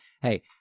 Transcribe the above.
hey